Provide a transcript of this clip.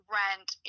rent